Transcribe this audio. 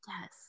Yes